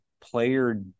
player